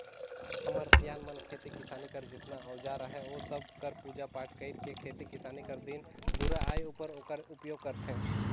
हमर सियान मन खेती किसानी कर जेतना अउजार अहे ओ सब कर पूजा पाठ कइर के खेती किसानी कर दिन दुरा आए उपर ओकर उपियोग करथे